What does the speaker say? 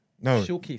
No